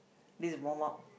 this is warm up